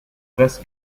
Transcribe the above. reste